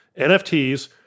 NFTs